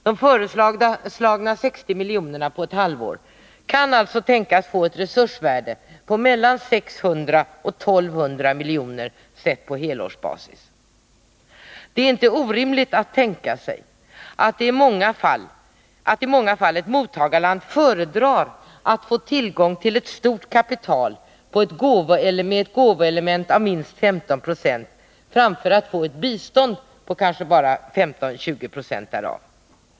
De föreslagna 600 miljonerna på ett halvår kan tänkas få ett resursvärde på mellan 600 och 1 200 milj.kr. på helårsbasis. Det är inte orimligt att tänka sig att ett mottagarland föredrar att få tillgång till ett stort kapital med ett gåvoelement på minst 15 90 framför att få ett bistånd på bara 15-20 96 av det beloppet.